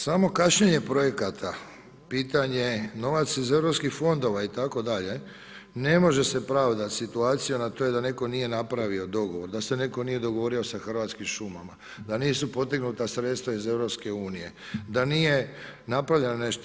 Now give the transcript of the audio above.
Samo kašnjenje projekata pitanje je, novac iz europskih fondova itd., ne može se pravdati situacija a to je da netko nije napravio dogovor, da se netko nije dogovorio sa Hrvatskim šumama, da nisu potegnuta sredstva iz EU-a, da nije napravljeno nešto.